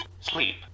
Sleep